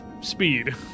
speed